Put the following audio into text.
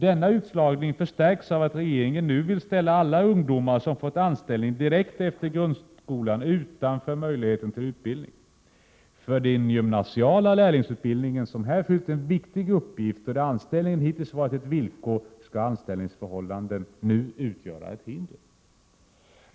Denna utslagning förstärks av att regeringen nu vill ställa alla ungdomar som fått anställning direkt efter grundskolan utanför möjligheten till utbildning. För den gymnasiala lärlingsutbildningen, som här fyllt en viktig uppgift och där anställningen hittills varit ett villkor, skall anställningsförhållanden nu utgöra ett hinder.